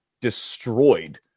destroyed